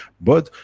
but,